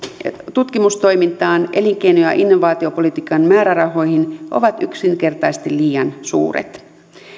tutkimustoimintaan elinkeino ja innovaatiopolitiikan määrärahoihin ovat yksinkertaisesti liian suuret